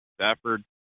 Stafford